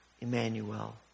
Emmanuel